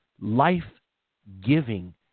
life-giving